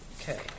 Okay